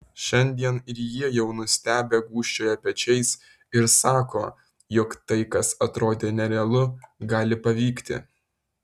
šiandien ir jie jau nustebę gūžčioja pečiais ir sako jog tai kas atrodė nerealu gali pavykti